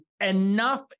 enough